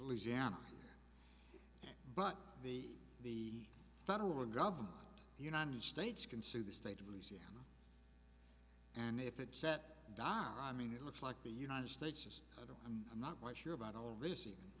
louisiana but the the federal government the united states can sue the state of louisiana and if it set don i mean it looks like the united states is i'm not quite sure about all receiving